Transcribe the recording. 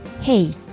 Hey